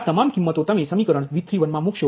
તેથી આ તમામ કિંમતો સમીકરણ V31મા મૂકો